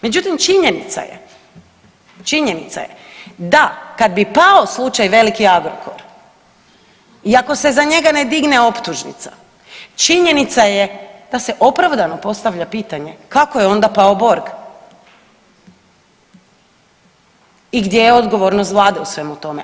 Međutim, činjenica je da kad bi pao slučaj veliki Agrokor i ako se za njega ne digne optužnica činjenica je da se opravdano postavlja pitanje kako je onda pao Borg i gdje je odgovornost Vlade u svemu tome.